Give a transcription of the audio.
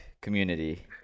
community